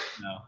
No